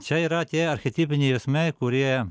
čia yra tie archetipiniai jausmai kurie